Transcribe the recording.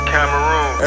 Cameroon